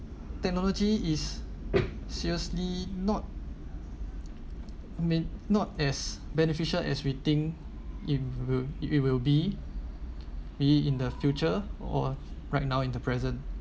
technology is seriously not may not as beneficial as we think it will it will be me in the future or right now in the present